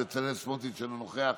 בצלאל סמוטריץ' אינו נוכח,